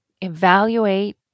Evaluate